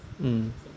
mm